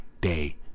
day